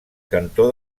cantó